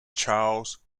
charles